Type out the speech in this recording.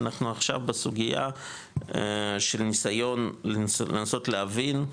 אנחנו עכשיו בסוגיה של ניסיון לנסות להבין,